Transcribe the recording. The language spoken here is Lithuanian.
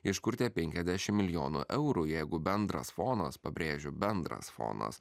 iš kur tie penkiadešim milijonų eurų jeigu bendras fonas pabrėžiu bendras fonas